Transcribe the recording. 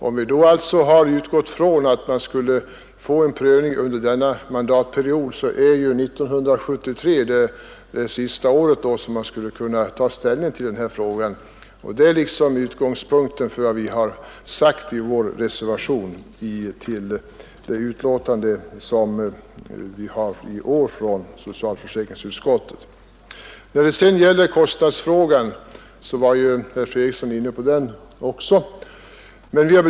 Om man utgår ifrån att en prövning skulle ske under denna mandatperiod, så är 1973 det sista året när riksdagen skulle kunna ta ställning till den. Detta är utgångspunkten för vad vi har sagt i vår reservation till årets betänkande från socialförsäkringsutskottet. Herr Fredriksson var också inne på kostnadsfrågan.